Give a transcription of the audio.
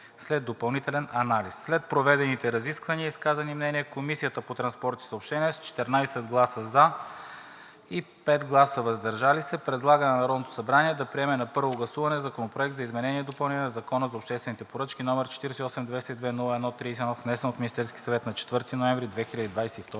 след допълнителен анализ. След проведените разисквания и изказаните мнения Комисията по транспорт и съобщения с 14 гласа „за“ и 5 гласа „въздържал се“ предлага на Народното събрание да приеме на първо гласуване Законопроект за изменение и допълнение на Закона за обществените поръчки, № 48-202-01-31, внесен от Министерския съвет на 4 ноември 2022